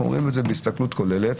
אנחנו רואים את זה בהסתכלות כוללת,